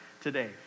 today